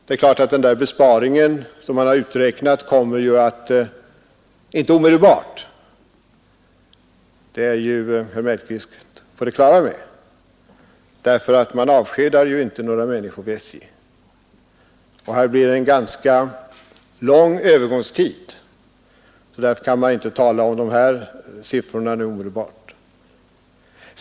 Det är klart att den besparing man räknat ut kommer inte omedelbart — det är herr Mellqvist på det klara med — för man avskedar ju inte några människor vid SJ. Det blir en ganska lång övergångstid, och därför kan man inte bygga på de här siffrorna omedelbart.